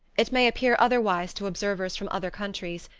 it may appear otherwise to observers from other countries,